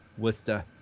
Wista